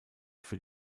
für